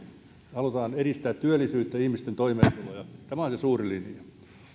halutaan edistää työllisyyttä ihmisten toimeentuloa tämä on se suuri linja